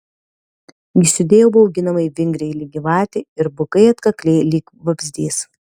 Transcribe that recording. jis judėjo bauginamai vingriai lyg gyvatė ir bukai atkakliai lyg vabzdys